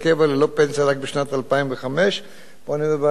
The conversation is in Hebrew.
פנסיה רק בשנת 2005. פה אני אומר בהערת אגב,